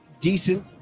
decent